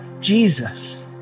Jesus